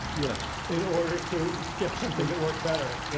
yes, in order to get something that worked better.